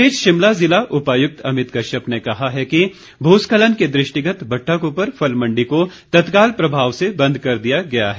इस बीच शिमला जिला उपायुक्त अमित कश्यप ने कहा है कि भू स्खलन के दृष्टिगत भट्टाकृफर फल मण्डी को तत्काल प्रभाव से बंद कर दिया गया है